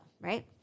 right